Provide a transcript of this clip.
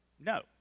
no